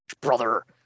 brother